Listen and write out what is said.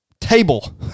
table